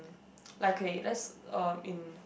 like K let's uh in